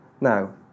Now